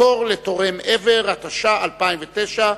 (הארכת מועדים), התש"ע 2009,